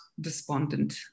despondent